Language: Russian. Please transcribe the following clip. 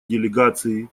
делегации